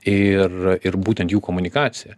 ir ir būtent jų komunikacija